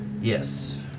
yes